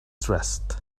dressed